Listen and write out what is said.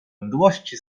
mdłości